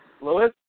Lewis